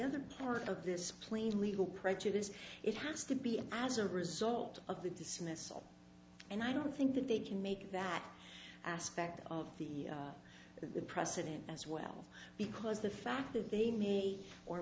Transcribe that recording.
other part of this plane legal prejudice it has to be as a result of the dismissal and i don't think that they can make that aspect of the the precedent as well because the fact that they may or